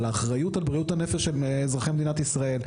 על האחריות על בריאות הנפש של אזרחי מדינת ישראל.